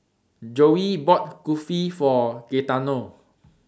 Joey bought Kulfi For Gaetano